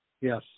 Yes